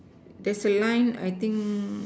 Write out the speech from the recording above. there's a line I think